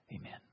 Amen